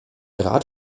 rat